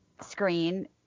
screen